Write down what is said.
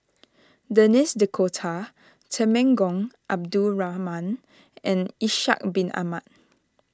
Denis D'Cotta Temenggong Abdul Rahman and Ishak Bin Ahmad